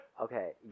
Okay